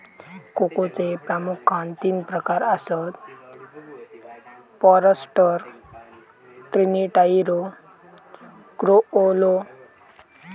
कोकोचे प्रामुख्यान तीन प्रकार आसत, फॉरस्टर, ट्रिनिटारियो, क्रिओलो